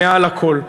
מעל הכול.